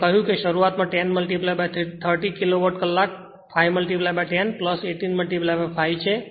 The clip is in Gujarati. મેં કહ્યું કે શરૂઆતમાં 10 30 કિલોવોટ કલાક 5 10 18 5 છે